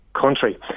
country